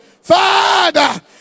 Father